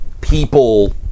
people